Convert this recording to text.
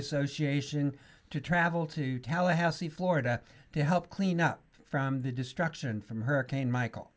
she ation to travel to tallahassee florida to help clean up from the destruction from hurricane michel